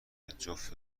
جفت